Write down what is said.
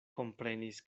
komprenis